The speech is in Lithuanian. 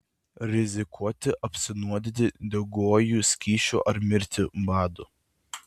rizikuoti apsinuodyti degiuoju skysčiu ar mirti badu